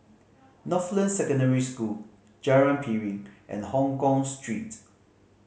Northland Secondary School Jalan Piring and Hongkong Street